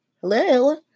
Hello